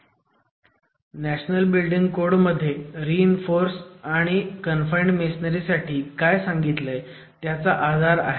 तर national building code मध्ये reinforce आणि कन्फाईंड मेसोनरी साठी काय सांगितलंय त्याचा आधार आहे